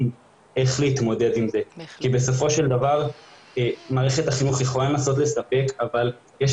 איך להתמודד עם זה כי בסופו של דבר מערכת החינוך יכולה לנסות לספק אבל יש